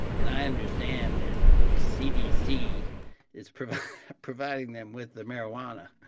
and i understand that cdc is providing providing them with the marijuana.